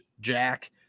Jack